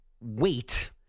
Wait